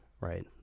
right